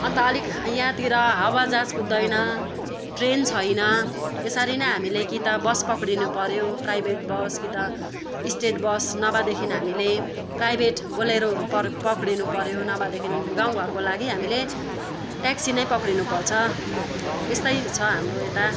अन्त अलिक यहाँतिर हवाईजहाज कुद्दैन ट्रेन छैन यसरी नै हामीले कि त बस पक्रनु पर्यो प्राइभेट बस कि त स्टेट बस नभएदेखि हामीले प्राइभेट बोलेरोहरू पर पक्रनु पर्यो नभएदेखि गाउँघरको लागि हामीले टेक्सी नै पक्रनु पर्छ यस्तै छ हाम्रो यता